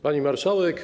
Pani Marszałek!